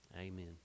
amen